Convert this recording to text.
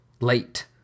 late